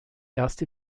erste